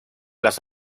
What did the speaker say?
las